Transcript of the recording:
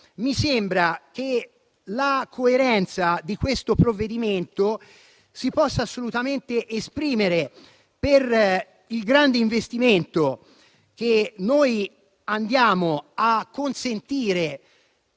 Mi sembra che la coerenza di questo provvedimento si possa assolutamente esprimere con il grande investimento che consentiamo alle